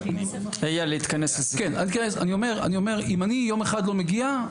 אם אני יום אחד לא מגיע,